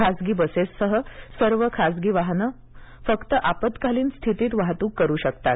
खाजगी बसेस सह सर्व खाजगी वाहनं फक्त आपत्कालीन स्थितीत वाहतूक करू शकतात